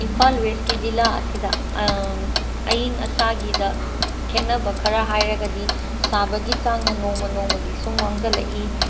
ꯏꯝꯐꯥꯜ ꯋꯦꯁꯀꯤ ꯖꯤꯂꯥ ꯑꯁꯤꯗ ꯑꯌꯤꯡ ꯑꯁꯥꯒꯤꯗ ꯈꯦꯠꯅꯕ ꯈꯔ ꯍꯥꯏꯔꯒꯗꯤ ꯁꯥꯕꯒꯤ ꯆꯥꯡꯅ ꯅꯣꯡꯃ ꯅꯣꯡꯃꯒꯤ ꯁꯨꯝ ꯋꯥꯡꯖꯜꯂꯛꯏ